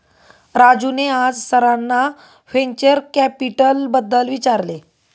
राजूने आज सरांना व्हेंचर कॅपिटलबद्दल विचारले